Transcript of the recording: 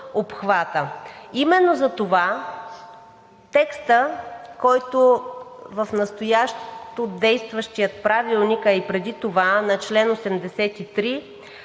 обхвата. Именно затова текстът, който в настоящо действащия Правилник, а и преди това, на чл. 83,